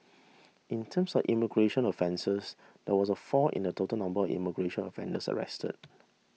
in terms of immigration offences there was a fall in the total number of immigration offenders arrested